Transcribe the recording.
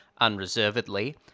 unreservedly